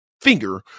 finger